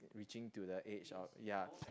reaching to the age of ya